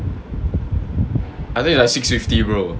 I think like six fifty bro